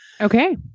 Okay